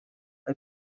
they